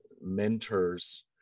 mentors